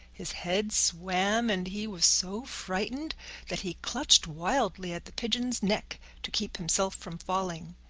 his head swam and he was so frightened that he clutched wildly at the pigeon's neck to keep himself from falling.